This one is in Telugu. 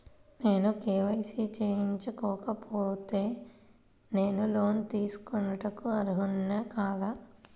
నేను కే.వై.సి చేయించుకోకపోతే నేను లోన్ తీసుకొనుటకు అర్హుడని కాదా?